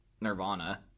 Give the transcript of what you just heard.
Nirvana